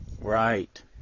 Right